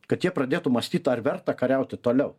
kad jie pradėtų mąstyt ar verta kariauti toliau